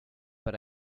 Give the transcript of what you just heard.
but